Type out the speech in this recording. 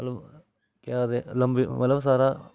मतलब केह् आखदे लंबी मतलब सारा